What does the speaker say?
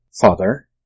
Father